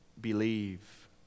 believe